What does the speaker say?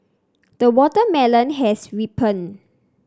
the watermelon has ripened